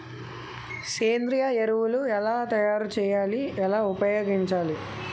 సేంద్రీయ ఎరువులు ఎలా తయారు చేయాలి? ఎలా ఉపయోగించాలీ?